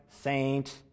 saint